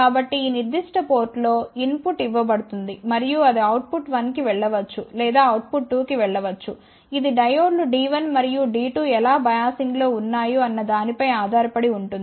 కాబట్టి ఈ నిర్దిష్ట పోర్టులో ఇన్ పుట్ ఇవ్వబడుతుంది మరియు అది అవుట్ పుట్ 1 కి వెళ్ళవచ్చు లేదా అవుట్ పుట్ 2 కి వెళ్ళవచ్చు ఇది డయోడ్ లు D1 మరియు D2 ఎలా బయాసింగ్ లో ఉన్నాయో అన్న దానిపై ఆధారపడి ఉOటుంది